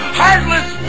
heartless